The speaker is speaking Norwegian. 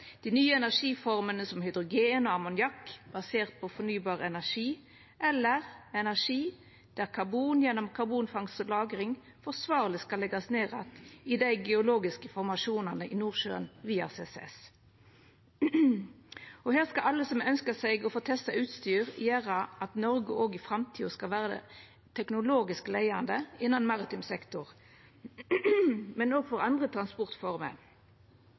dei nye energiformene som hydrogen, ammoniakk basert på fornybar energi, eller energi der karbon, gjennom karbonfangst og -lagring, forsvarleg skal leggjast ned att i dei geologiske formasjonane i Nordsjøen via CCS. Her skal alle som ønskjer, få testa ut utstyr som gjer at Noreg også i framtida skal vera teknologisk leiande innan maritim sektor, men også for andre transportformer.